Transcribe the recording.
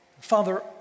Father